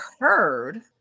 heard